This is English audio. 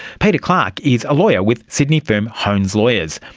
peter clarke is a lawyer with sydney firm hones lawyers.